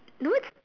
no it's